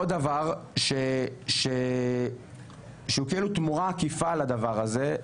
עוד דבר שהוא כאילו תמורה עקיפה על הדבר הזה,